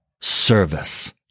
service